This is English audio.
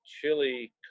chili